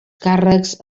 càrrecs